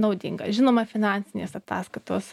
naudinga žinoma finansinės ataskaitos